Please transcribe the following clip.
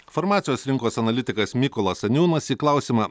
farmacijos rinkos analitikas mykolas aniūnas į klausimą